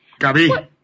Gabi